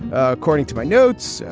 ah according to my notes.